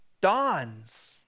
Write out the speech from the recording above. dawns